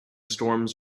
storms